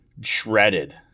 Shredded